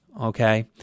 okay